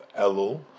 Elul